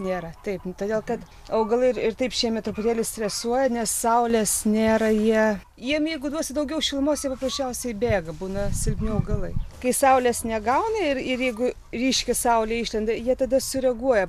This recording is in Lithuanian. nėra taip todėl kad augalai ir ir taip šiemet truputėlį stresuoja nes saulės nėra jie jiem jeigu duosi daugiau šilumos jie paprasčiausiai bėga būna silpni augalai kai saulės negauna ir ir jeigu ryški saulė išlenda jie tada sureaguoja